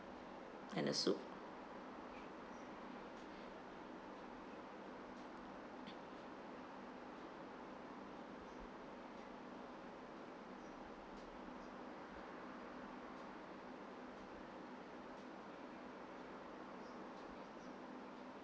and the soup